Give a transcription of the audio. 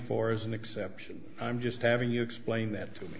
four is an exception i'm just having you explain that to me